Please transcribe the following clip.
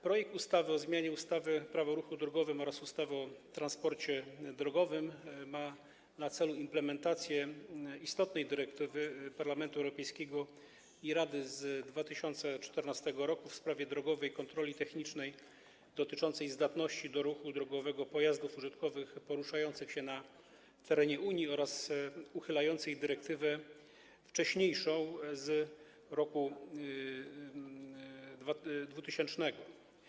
Projekt ustawy o zmianie ustawy Prawo o ruchu drogowym oraz ustawy o transporcie drogowym ma na celu implementację istotnej dyrektywy Parlamentu Europejskiego i Rady (UE) z 2014 r. w sprawie drogowej kontroli technicznej dotyczącej zdatności do ruchu drogowego pojazdów użytkowych poruszających się w Unii oraz uchylającej dyrektywę wcześniejszą, z roku 2000.